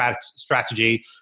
strategy